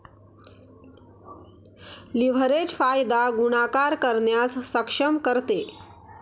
leverage फायदा गुणाकार करण्यास सक्षम करते